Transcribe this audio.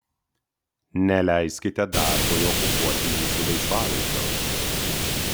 neleiskite darbui okupuoti jūsų laisvalaikio